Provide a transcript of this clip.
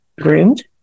groomed